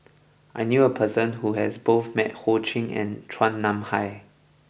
I knew a person who has met both Ho Ching and Chua Nam Hai